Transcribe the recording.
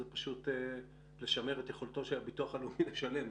זה פשוט לשמר את יכולתו של הביטוח הלאומי לשלם.